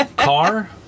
Car